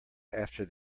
after